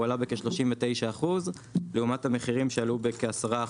הוא עלה בכ-39% לעומת המחירים שעלו בכ-10%,